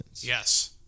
Yes